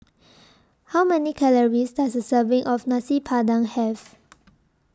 How Many Calories Does A Serving of Nasi Padang Have